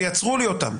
תייצרו לי אותם.